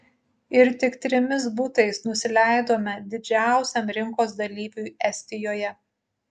ir tik trimis butais nusileidome didžiausiam rinkos dalyviui estijoje